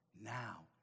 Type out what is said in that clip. Now